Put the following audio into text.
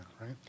right